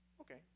Okay